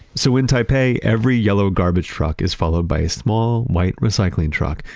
so in taipei, every yellow garbage truck is followed by a small white recycling truck,